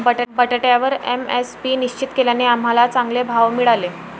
बटाट्यावर एम.एस.पी निश्चित केल्याने आम्हाला चांगले भाव मिळाले